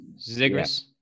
Zigris